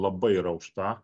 labai yra aukšta